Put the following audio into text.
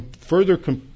further